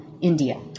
India